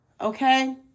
Okay